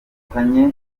ubufatanye